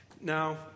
Now